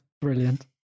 brilliant